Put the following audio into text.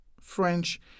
French